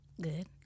Good